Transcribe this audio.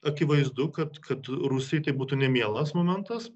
akivaizdu kad kad rusijai tai būtų nemielas momentas